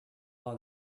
all